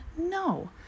No